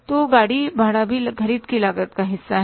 तो गाड़ी भाड़ा भी ख़रीद की लागत का हिस्सा है